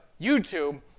YouTube